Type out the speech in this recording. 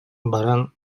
баран